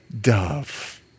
dove